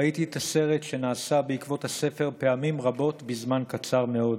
ראיתי את הסרט שנעשה בעקבות הספר פעמים רבות בזמן קצר מאוד,